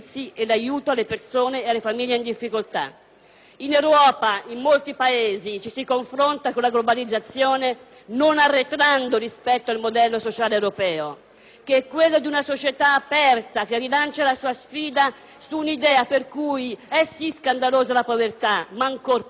In Europa, in molti Paesi, ci si confronta con la globalizzazione, non arretrando rispetto al modello sociale europeo, che è quello di una società aperta, che rilancia la sua sfida su un'idea per cui è, sì, scandalosa la povertà, ma ancor più lo è la mancanza di eguali opportunità di vita.